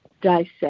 dissect